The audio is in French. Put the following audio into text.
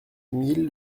mille